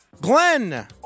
Glenn